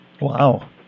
Wow